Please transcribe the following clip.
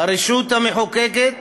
הרשות המחוקקת,